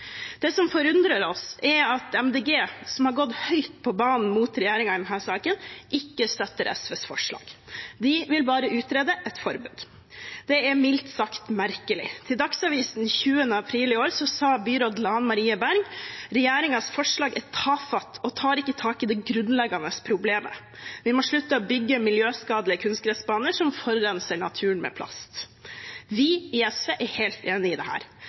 Det som forundrer oss, er at MDG, som har gått høyt på banen mot regjeringen i denne saken, ikke støtter SVs forslag. De vil bare utrede et forbud. Det er mildt sagt merkelig. Til Dagsavisen 20. april i år sa byråd Lan Marie Berg: «Regjeringens forslag er tafatt og tar ikke tak i det grunnleggende problemet. Vi må slutte å bygge miljøskadelige kunstgressbaner som forurenser naturen med plast.» Vi i SV er helt enige i det.